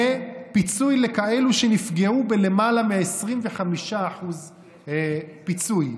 פיצוי לכאלה שנפגעו בלמעלה מ-25% פיצוי.